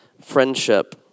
friendship